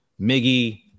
Miggy